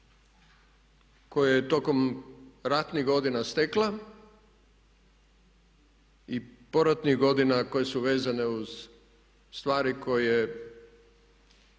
koje je tokom ratnih godina stekla i poratnih godina koje su vezane uz stvari koje